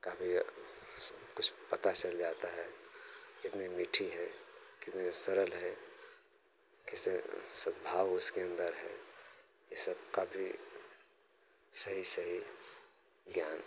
कभी सब कुछ पता चल जाता है कितने मीठी है कितने सरल हैं किसे सब भाव उसके अंदर हैं इ सब का भी सही सही ज्ञान